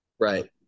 Right